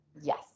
Yes